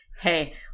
hey